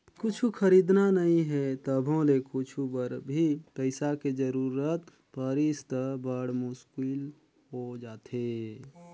कुछु खरीदना नइ हे तभो ले कुछु बर भी पइसा के जरूरत परिस त बड़ मुस्कुल हो जाथे